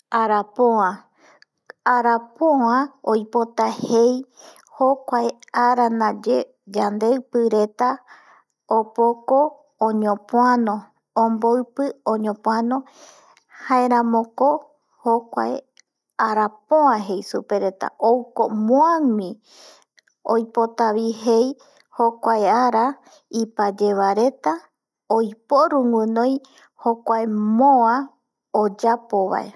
Arapoa oipota jei jokuae ara naye yandeipi reta opoko oñopuano onboipi oñopuano jaeramoko jokuae arapoa jei supe reta ouko muawi, oipota bi jei jokuae ara ipaye baereta oiporu winoi jokuae mua oyapo bae